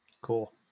Cool